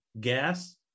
gas